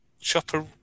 Chopper